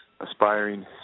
aspiring